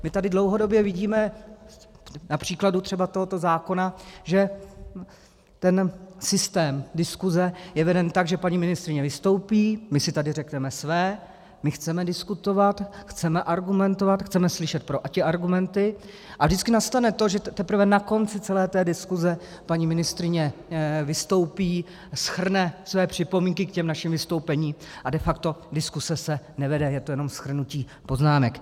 My tady dlouhodobě vidíme na příkladu třeba tohoto zákona, že ten systém diskuse je veden tak, že paní ministryně vystoupí, my si tady řekneme své, my chceme diskutovat, chceme argumentovat, chceme slyšet protiargumenty, a vždycky nastane to, že teprve na konci celé té diskuse paní ministryně vystoupí a shrne své připomínky k těm našim vystoupením a de facto se diskuse nevede, je to jenom shrnutí poznámek.